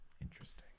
Interesting